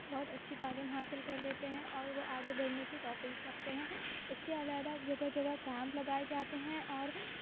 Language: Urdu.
بہت اچھی تعلیم حاصل کر لیتے ہیں اور وہ آگے بڑھنے کی توفیق رکھتے ہیں اس کے علاحدہ جگہ جگہ کیمپ لگائے جاتے ہیں اور